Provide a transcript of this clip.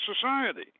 society